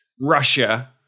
Russia